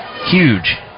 huge